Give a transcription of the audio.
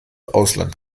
ausland